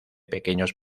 pequeños